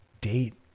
date